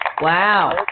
Wow